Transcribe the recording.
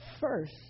first